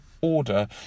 order